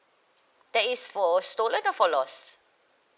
that is for stolen or for lost